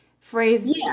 phrase